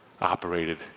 operated